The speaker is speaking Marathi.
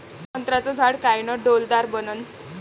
संत्र्याचं झाड कायनं डौलदार बनन?